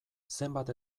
zenbat